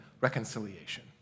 reconciliation